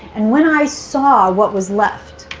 and when i saw what was left,